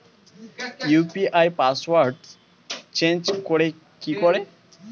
UPI পাসওয়ার্ডটা change করে কি করে?